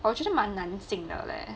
我觉得蛮难进的 leh